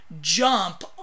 jump